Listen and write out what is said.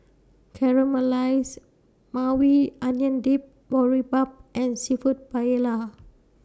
Caramelized Maui Onion Dip Boribap and Seafood Paella